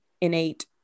innate